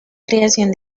creación